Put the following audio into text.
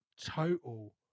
total